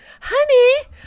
honey